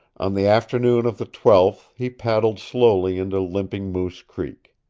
on the afternoon of the twelfth he paddled slowly into limping moose creek.